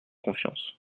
confiance